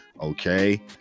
Okay